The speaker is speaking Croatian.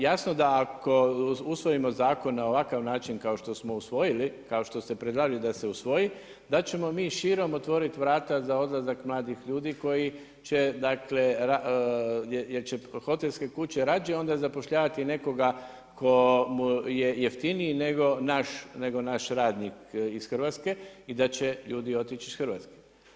Jasno da ako usvojimo zakone na ovakav način kao što smo usvojili, kao što ste predlagali da se usvoji, da ćemo mi širom otvoriti vrata za odlazak mladih ljudi jer će hotelske kuće rađe onda zapošljavati nekoga ko mu je jeftiniji nego naš radnik iz Hrvatske i da će ljudi otići iz Hrvatske.